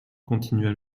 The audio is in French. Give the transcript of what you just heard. continua